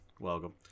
Welcome